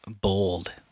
bold